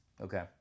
Okay